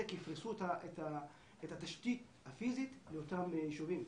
יפרסו את התשתית הפיזית לאותם יישובים,